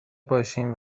باشیم